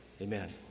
Amen